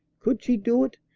could she do it?